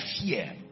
fear